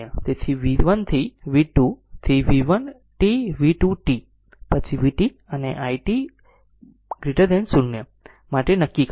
તેથી v1 થી v2 થી v1 t v2 t પછી vt અને i t 0 માટે નક્કી કરો